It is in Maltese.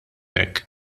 hekk